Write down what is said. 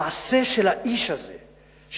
המעשה של האיש הזה,